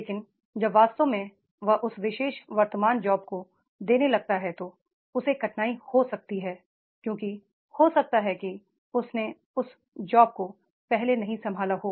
लेकिन जब वास्तव में वह उस विशेष वर्तमान जॉब को देने लगता है तो उसे कठिनाई हो सकती है क्योंकि हो सकता है कि उसने उन जॉब्स को पहले नहीं संभाला हो